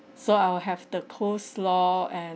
so I will have the coleslaw and